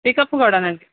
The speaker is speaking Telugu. పికప్ కూడానండి